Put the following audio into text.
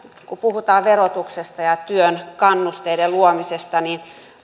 kun puhutaan verotuksesta ja työn kannusteiden luomisesta niin